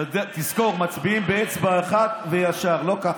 תזכור, מצביעים באצבע אחת וישר, לא ככה.